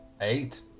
Eight